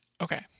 okay